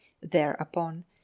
Thereupon